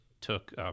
took